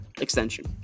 extension